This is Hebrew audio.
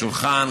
שולחן,